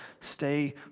stay